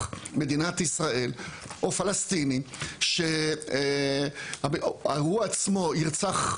מדינת ישראל או פלסטיני שהוא עצמו ירצח,